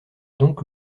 donc